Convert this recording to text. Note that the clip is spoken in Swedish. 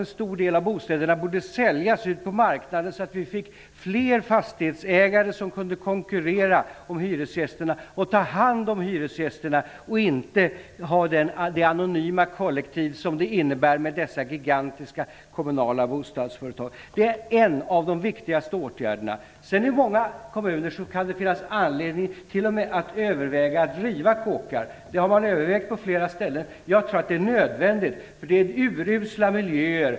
En hel del av bostäderna borde säljas på marknaden, så att vi får fler fastighetsägare som kan konkurrera om och ta hand om hyresgästerna just för att slippa det anonyma kollektiv som dessa gigantiska kommunala bostadsföretag innebär. Det är en av de viktigaste åtgärderna. I många kommuner kan det t.o.m. finnas anledning att överväga rivning av kåkar. Det har man övervägt på flera ställen. Jag tror att det är nödvändigt, för det är urusla miljöer.